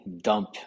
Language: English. dump